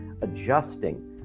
adjusting